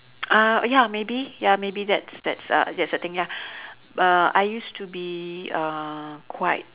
uh uh ya maybe ya maybe that's that's uh that's the thing ya I used to be uh quite